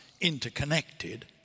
interconnected